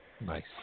nice